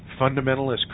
fundamentalist